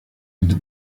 into